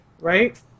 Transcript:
Right